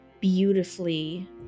beautifully